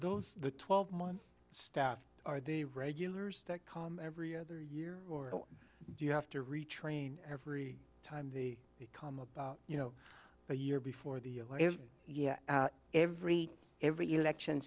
those the twelve month staff are the regulars that come every other year or do you have to retrain every time they become about you know a year before the yeah every every election